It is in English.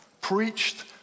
preached